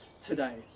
today